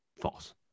False